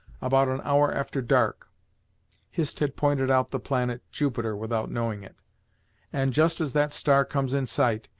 about an hour after dark hist had pointed out the planet jupiter, without knowing it and just as that star comes in sight,